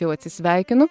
jau atsisveikinu